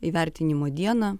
įvertinimo dieną